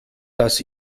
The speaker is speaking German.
dass